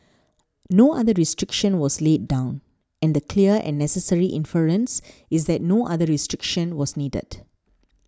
no other restriction was laid down and the clear and necessary inference is that no other restriction was needed